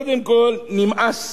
קודם כול, נמאס